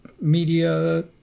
media